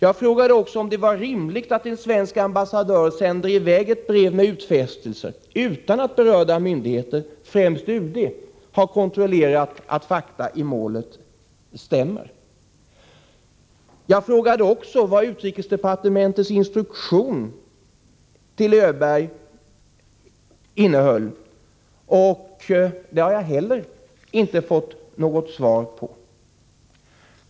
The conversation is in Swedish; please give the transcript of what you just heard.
Jag frågade om det var rimligt att en svensk ambassadör sänder i väg ett brev med utfästelser utan att berörda myndigheter, främst UD, har kontrollerat att fakta i målet stämmer. Jag frågade också vad utrikesdepartementets instruktion till Öberg innehöll. Det har jag inte heller fått något svar på.